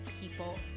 people